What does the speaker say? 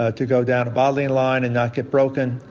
ah to go down a bottling line and not get broken,